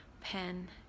pen